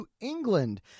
England